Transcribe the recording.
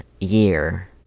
year